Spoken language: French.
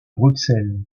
bruxelles